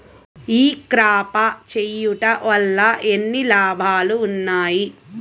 ఈ క్రాప చేయుట వల్ల ఎన్ని లాభాలు ఉన్నాయి?